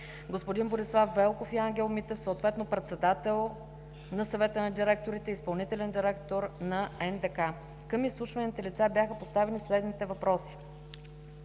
господин Борислав Велков и Ангел Митев, съответно председател на Съвета на директорите и изпълнителен директор на НДК. Към изслушваните лица бяха поставени следните въпроси